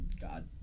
god